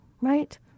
right